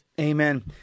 amen